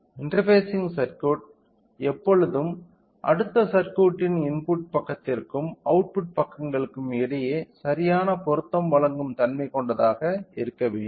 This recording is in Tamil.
இன்டர்ஃபேசிங் சர்க்யூட் எப்பொழுதும் அடுத்த சர்க்யூட்டின் இன்புட் பக்கத்திற்கும் அவுட்புட் பக்கங்களுக்கும் இடையே சரியான பொருத்தம் வழங்கும் தன்மை கொண்டதாக இருக்க வேண்டும்